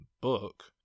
book